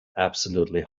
absolutely